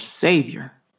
Savior